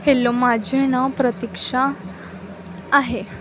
hello माझे नाव प्रतीक्षा आहे